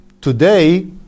Today